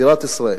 בירת ישראל.